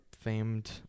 famed